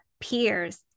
peers